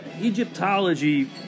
Egyptology